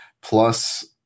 plus